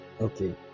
Okay